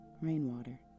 rainwater